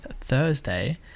thursday